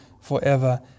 forever